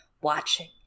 watching